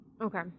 Okay